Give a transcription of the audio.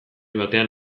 batean